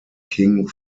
king